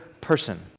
person